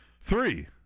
Three